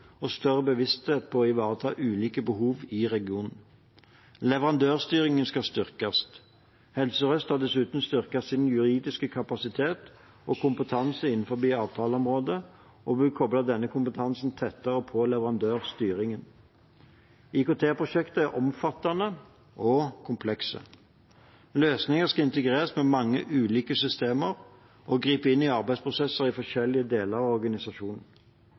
og større bevissthet om å ivareta ulike behov i regionen. Leverandørstyringen skal styrkes. Helse Sør-Øst har dessuten styrket sin juridiske kapasitet og kompetanse innenfor avtaleområdet og vil koble denne kompetansen tettere på leverandørstyringen. IKT-prosjekter er omfattende og komplekse. Løsningene skal integreres med mange ulike systemer og griper inn i arbeidsprosesser i forskjellige deler av organisasjonen.